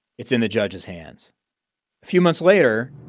it's in the judge's hands few months later,